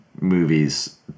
movie's